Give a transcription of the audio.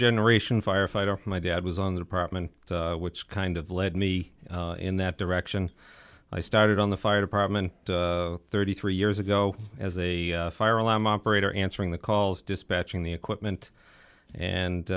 generation firefighter my dad was on the apartment which kind of led me in that direction i started on the fire department thirty three years ago as a fire alarm operator answering the calls dispatching the equipment and